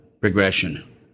progression